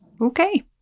Okay